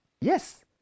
Yes